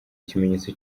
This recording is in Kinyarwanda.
ikimenyetso